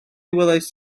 welaist